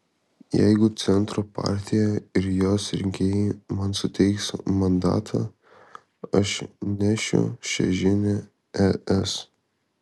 jeigu centro partija ir jos rinkėjai man suteiks mandatą aš nešiu šią žinią es